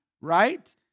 right